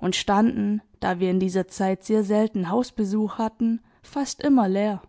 und standen da wir in dieser zeit sehr selten hausbesuch hatten fast immer leer